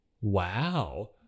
Wow